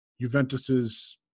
Juventus's